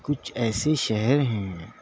کچھ ایسے شہر ہیں